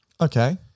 Okay